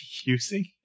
using